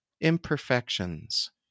Imperfections